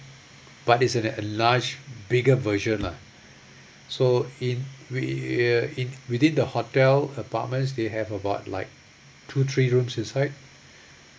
but it's enlarged bigger version lah so in we are in within the hotel apartments they have about like two three rooms inside